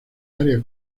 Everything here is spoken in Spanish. área